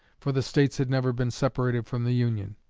for the states had never been separated from the union.